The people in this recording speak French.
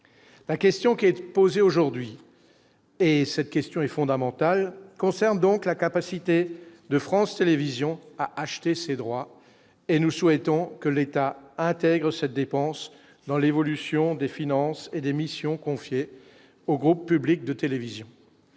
la question qui est posée aujourd'hui et cette question est fondamentale concerne donc la capacité de France Télévisions a acheté ces droits et nous souhaitons que l'État intègre cette dépense dans l'évolution des finances et des missions confiées au groupe public de télévision